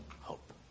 hope